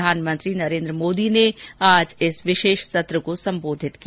प्रधानमंत्री नरेन्द्र मोदी ने इस विशेष सत्र को संबोधित किया